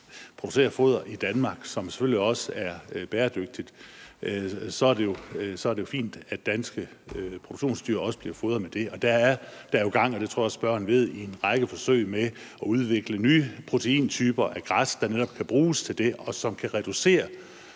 producere foder i Danmark, som selvfølgelig også er bæredygtigt, er det jo fint, at danske produktionsdyr også bliver fodret med det. Og der er jo gang i – det tror jeg også spørgeren ved – en række forsøg med at udvikle nye proteintyper af græs, der netop kan bruges til det, og som kan reducere